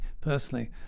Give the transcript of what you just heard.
personally